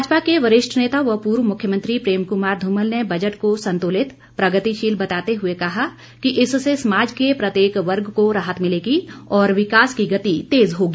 भाजपा के वरिष्ठ नेता व पूर्व मुख्यमंत्री प्रेम कुमार धूमल ने बजट को संतुलित प्रगतिशील बताते हुए कहा कि इससे समाज के प्रत्येक वर्ग को राहत मिलेगी और विकास की गति तेज होगी